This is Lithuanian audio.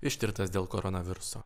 ištirtas dėl koronaviruso